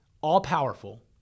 all-powerful